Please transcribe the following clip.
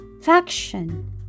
faction